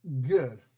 good